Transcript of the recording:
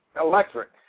electric